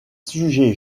sujets